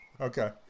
okay